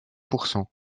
pourcent